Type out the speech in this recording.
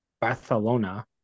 Barcelona